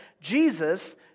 Jesus